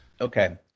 Okay